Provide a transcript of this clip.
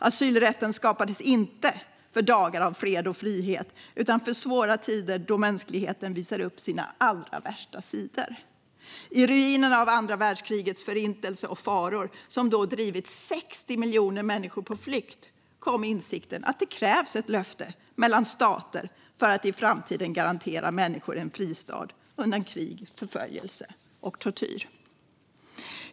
Asylrätten skapades inte för dagar av fred och frihet utan för svåra tider då mänskligheten visar upp sina allra värsta sidor. I ruinerna av andra världskrigets förintelse och faror, som då drivit 60 miljoner människor på flykt, kom insikten att det krävs ett löfte mellan stater för att i framtiden kunna garantera människor en fristad undan krig, förföljelse och tortyr.